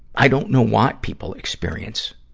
i don't know why people experience